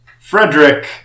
Frederick